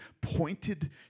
pointed